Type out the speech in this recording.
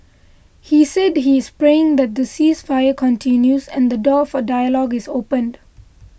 he said he is praying that the ceasefire continues and the door for dialogue is opened